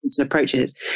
approaches